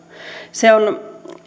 se on